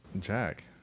Jack